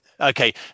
okay